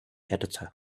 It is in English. editor